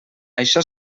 això